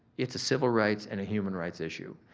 it's a civil rights and a human rights issue.